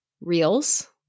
reels